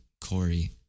Corey